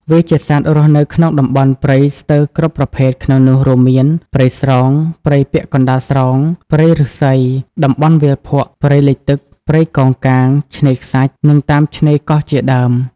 វាជាសត្វរស់នៅក្នុងតំបន់ព្រៃស្ទើរគ្រប់ប្រភេទក្នុងនោះរួមមាន ព្រៃស្រោង ព្រៃពាក់កណ្តាលស្រោង ព្រៃឬស្សី តំបន់វាលភក់ ព្រៃលិចទឹក ព្រៃកោងកាង ឆ្នេខ្សាច់ និងតាមឆ្នេរកោះជាដើម។